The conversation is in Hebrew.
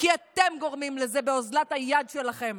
כי אתם גורמים לזה באוזלת היד שלכם.